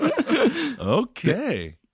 okay